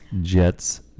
Jets